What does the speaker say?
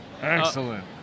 Excellent